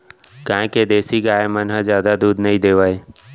गॉँव के देसी गाय मन ह जादा दूद नइ देवय